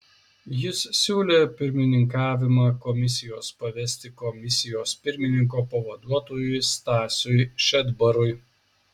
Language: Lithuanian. jis siūlė pirmininkavimą komisijos pavesti komisijos pirmininko pavaduotojui stasiui šedbarui